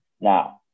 Now